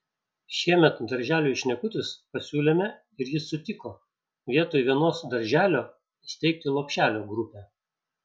šiemet darželiui šnekutis pasiūlėme ir jis sutiko vietoj vienos darželio įsteigti lopšelio grupę